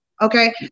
okay